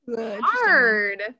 Hard